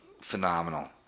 Phenomenal